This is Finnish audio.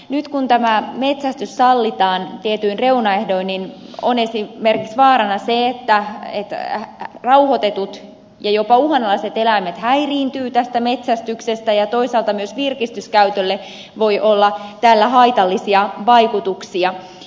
nyt kun tämä metsästys sallitaan tietyin reunaehdoin niin on esimerkiksi vaarana se että rauhoitetut ja jopa uhanalaiset eläimet häiriintyvät tästä metsästyksestä ja toisaalta myös virkistyskäytölle voi olla tällä haitallisia vaikutuksia